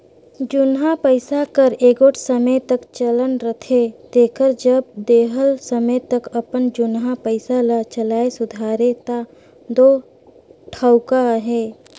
जुनहा पइसा कर एगोट समे तक चलन रहथे तेकर जब देहल समे तक अपन जुनहा पइसा ल चलाए सुधारे ता दो ठउका अहे